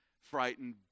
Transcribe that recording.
frightened